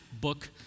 book